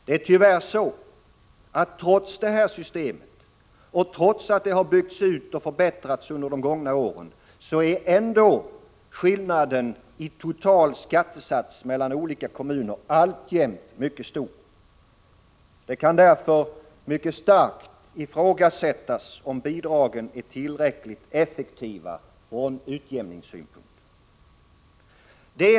Det är tyvärr så, att trots detta system, och trots att det har byggts ut och förbättrats under de gångna åren, är ändå skillnaden i total skattesats mellan olika kommuner alltjämt mycket stor. Det kan därför mycket starkt ifrågasättas om bidragen är tillräckligt effektiva från utjämningssynpunkt.